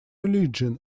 religion